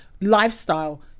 lifestyle